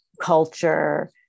culture